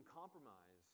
compromise